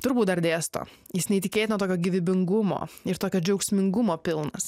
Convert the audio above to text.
turbūt dar dėsto jis neįtikėtino tokio gyvybingumo ir tokio džiaugsmingumo pilnas